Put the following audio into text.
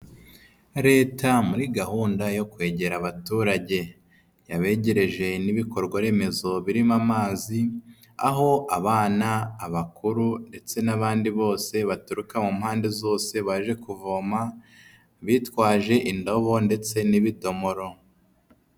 Leta muri gahunda yo kwegera abaturage, yabegereje n'ibikorwa remezo birimo amazi, aho abana, abakuru ndetse n'abandi bose baturuka mu mpande zose baje kuvoma, bitwaje indobo ndetse n'ibidomoro.